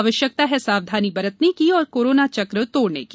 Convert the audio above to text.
आवश्यकता है सावधानी रखने की और कोरोना चक्र तोड़ने की